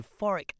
euphoric